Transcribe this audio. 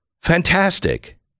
Fantastic